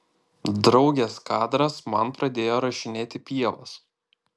draugės kadras man pradėjo rašinėti pievas